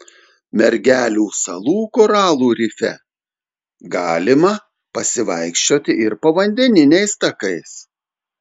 mergelių salų koralų rife galima pasivaikščioti ir povandeniniais takais